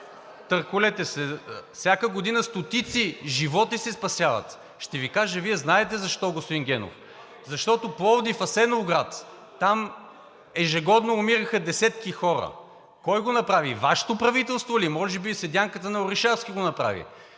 Божанков! Всяка година стотици животи се спасяват. Ще Ви кажа, Вие знаете защо, господин Генов. Защото Пловдив – Асеновград, там ежегодно умираха десетки хора. Кой го направи – Вашето правителство ли?! Може би седянката на Орешарски го направи?!